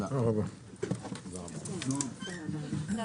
הישיבה ננעלה בשעה 14:36.